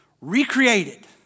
recreated